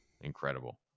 Incredible